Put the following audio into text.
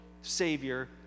Savior